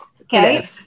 Okay